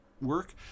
work